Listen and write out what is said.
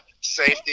safety